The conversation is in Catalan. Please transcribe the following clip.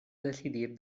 decidir